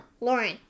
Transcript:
Lauren